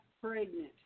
pregnant